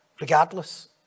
regardless